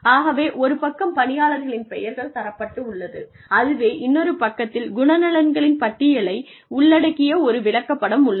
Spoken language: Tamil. ஆகவே ஒருபக்கம் பணியாளர்களின் பெயர்கள் தரப்பட்டுள்ளது அதுவே இன்னொரு பக்கத்தில் குணநலன்களின் பட்டியலை உள்ளடக்கிய ஒரு விளக்கப்படம் உள்ளது